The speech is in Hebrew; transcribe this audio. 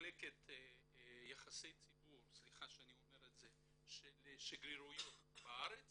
מחלקת יחסי ציבור של שגרירויות בארץ